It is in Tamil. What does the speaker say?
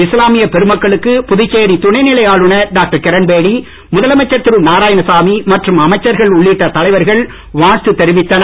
இஸ்லாமிய சிறப்பு பெருமக்களுக்கு புதுச்சேரி துணை நிலை ஆளுநர் டாக்டர் கிரண்பேடி முதலமைச்சர் திரு நாராயணசாமி மற்றும் அமைச்சகள் உள்ளிட்ட தலைவர்கள் வாழ்த்து தெரிவித்தனர்